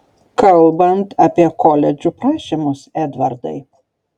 kalbant apie koledžų prašymus edvardai